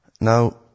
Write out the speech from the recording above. Now